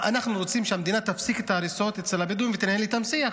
אנחנו רוצים שהמדינה תפסיק את ההריסות אצל הבדואים ותנהל איתם שיח,